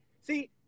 See